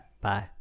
bye